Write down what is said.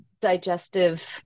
digestive